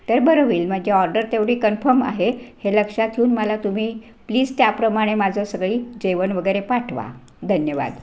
तर बरं होईल माझी ऑर्डर तेवढी कन्फर्म आहे हे लक्षात ठेवून मला तुम्ही प्लीज त्याप्रमाणे माझं सगळी जेवण वगैरे पाठवा धन्यवाद